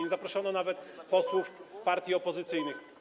Nie zaproszono nawet posłów partii opozycyjnych.